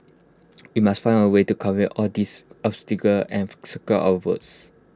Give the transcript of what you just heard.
we must find A way to circumvent all these obstacles and secure our votes